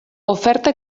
oferta